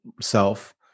self